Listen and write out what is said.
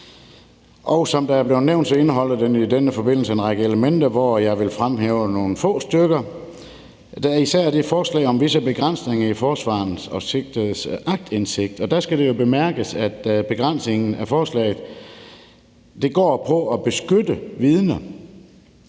Som det er blevet nævnt, indeholder det i denne forbindelse en række elementer, hvoraf jeg vil fremhæve nogle få stykker. Der er især det forslag om visse begrænsninger i forsvarernes og sigtedes aktindsigt. Der skal det jo bemærkes, at begrænsningen i forslaget går på at beskytte vidner,